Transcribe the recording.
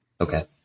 Okay